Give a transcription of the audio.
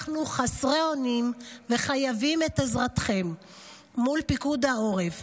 אנחנו חסרי אונים וחייבים את עזרתכם מול פיקוד העורף.